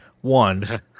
One